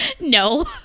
no